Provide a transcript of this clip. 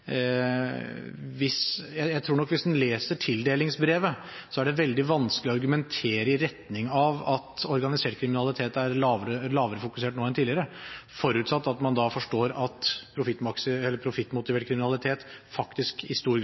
hvis en leser tildelingsbrevet, er det veldig vanskelig å argumentere i retning av at organisert kriminalitet har lavere fokus nå enn tidligere, forutsatt at man da forstår at profittmotivert kriminalitet faktisk i